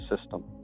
system